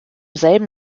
selben